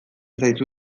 zaizu